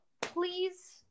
please